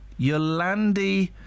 Yolandi